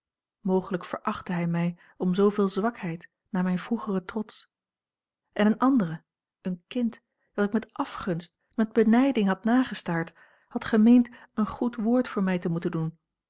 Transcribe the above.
mogelijk verachtte hij mij om zooveel zwakheid na mijn vroegeren trots en eene andere een kind dat ik met afgunst met benijding had nagestaard had gemeend een goed woord voor mij te moeten doen